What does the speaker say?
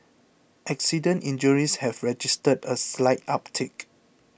accident injuries have registered a slight uptick